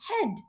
head